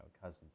cousins